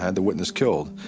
and the witness killed,